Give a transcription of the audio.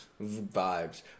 Vibes